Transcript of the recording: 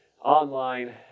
online